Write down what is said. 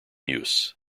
use